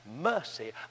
mercy